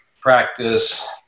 practice